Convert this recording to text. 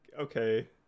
okay